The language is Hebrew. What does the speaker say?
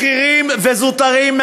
בכירים וזוטרים,